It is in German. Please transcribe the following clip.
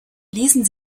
lesen